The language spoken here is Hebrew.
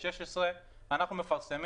מאז שתוקן החוק, ב-2016, אנחנו מפרסמים.